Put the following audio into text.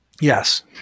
Yes